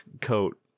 coat